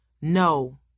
No